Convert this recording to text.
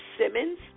Simmons